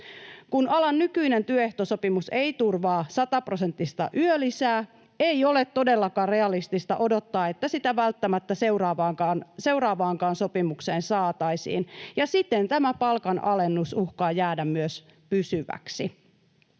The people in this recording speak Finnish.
Kun alan nykyinen työehtosopimus ei turvaa 100-prosenttista yölisää, ei ole todellakaan realistista odottaa, että sitä välttämättä seuraavaankaan sopimukseen saataisiin, ja siten tämä palkanalennus uhkaa jäädä myös pysyväksi.